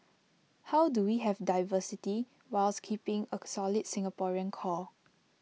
how do we have diversity whilst keeping A solid Singaporean core